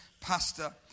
pastor